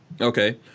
Okay